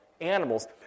animals